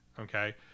okay